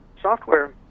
Software